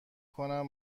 کنم